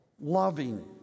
loving